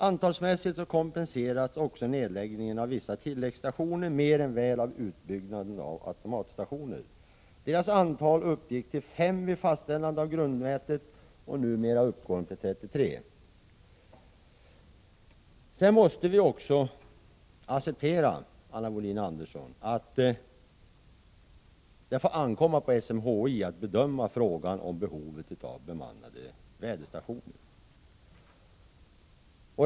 Antalsmässigt kompenseras också nedläggningen av vissa tilläggsstationer mer än väl av utbyggnaden av automatstationer. Deras antal uppgick till 5 vid fastställandet av grundnätet, och numera uppgår de till 33. Vi måste också acceptera, Anna Wohlin-Andersson, att det får ankomma på SMHI att bedöma frågan om behovet av bemannade väderstationer.